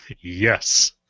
Yes